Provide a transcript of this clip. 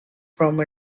from